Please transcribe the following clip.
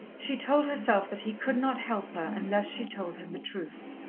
she told herself that he could not help her unless she told him the truth.